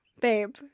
Babe